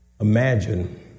Imagine